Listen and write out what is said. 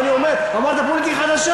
מסיעתך, אבל אמרתם פוליטיקה חדשה.